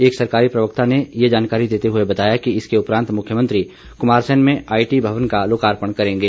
एक सरकारी प्रवक्ता ने यह जानकारी देते हुए बताया कि इसके उपरांत मुख्यमंत्री कुमारसैन में आईटी मवन का लोकर्पण करेंगे